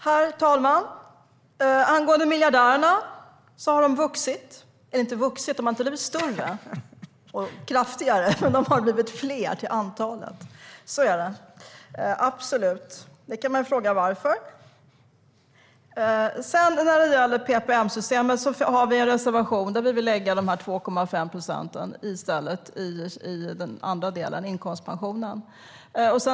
Herr talman! Angående miljardärerna har de blivit fler. Så är det absolut. Man kan fråga varför. När det gäller PPM-systemet har vi en reservation där vi vill lägga de här 2,5 procenten i inkomstpensionen i stället.